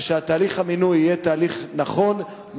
ושתהליך המינוי יהיה תהליך נכון,